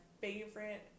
favorite